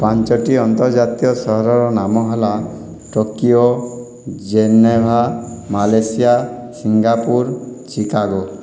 ପାଞ୍ଚୋଟି ଅନ୍ତର୍ଜାତୀୟ ସହରର ନାମ ହେଲା Tokyo Geneva Malaysia Singapore Chicago